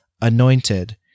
anointed